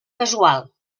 casual